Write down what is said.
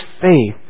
faith